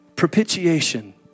propitiation